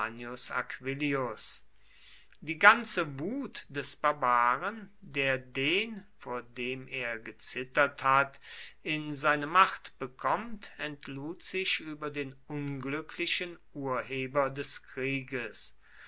die ganze wut des barbaren der den vor dem er gezittert hat in seine macht bekommt entlud sich über den unglücklichen urheber des krieges